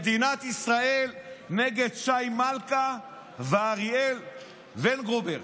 מדינת ישראל נגד שי מלכה ואריאל ונגרובר.